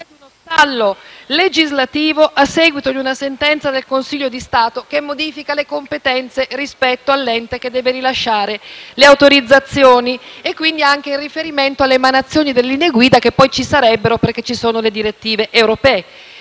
di uno stallo legislativo a seguito di una sentenza del Consiglio di Stato che modifica le competenze rispetto all'ente che deve rilasciare le autorizzazioni (quindi anche in riferimento all'emanazione delle linee guida, perché ci sono delle direttive europee).